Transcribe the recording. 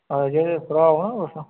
अजय दे भ्राऽ ओ ना तुस